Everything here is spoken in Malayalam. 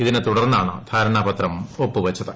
ഇതിനെ തുടർന്നാണ് ധാരണാപത്രം ഒപ്പുവച്ചത്